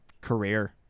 career